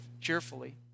cheerfully